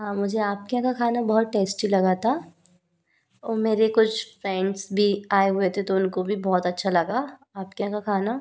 हाँ मुझे आपके यहाँ का खाना बहुत टेस्टी लगा था और मेरे कुछ फ्रेंड्स भी आए हुए थे तो उनको भी बहुत अच्छा लगा आपके यहाँ का खाना